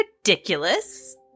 ridiculous